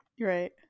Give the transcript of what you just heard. right